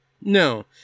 No